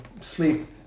sleep